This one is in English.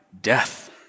death